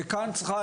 וכאן צריכה,